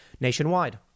nationwide